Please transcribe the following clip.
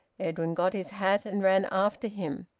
edwin got his hat and ran after him.